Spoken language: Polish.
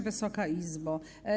Wysoka Izbo!